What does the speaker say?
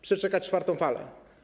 Przeczekać czwartą falę.